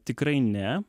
tikrai ne